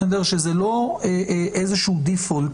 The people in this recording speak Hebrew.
שזה לא איזשהו default.